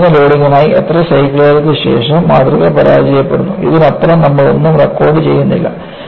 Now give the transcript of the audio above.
തന്നിരിക്കുന്ന ലോഡിംഗിനായി എത്ര സൈക്കിളുകൾക്ക് ശേഷം മാതൃക പരാജയപ്പെടുന്നു ഇതിനപ്പുറം നമ്മൾ ഒന്നും റെക്കോർഡുചെയ്യുന്നില്ല